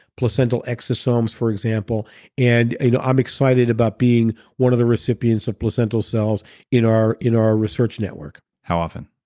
placental exosomes exosomes for example and you know i'm excited about being one of the recipients of placental cells in our in our research network. how often?